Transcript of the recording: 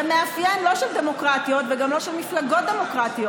זה מאפיין לא של דמוקרטיות וגם לא של מפלגות דמוקרטיות,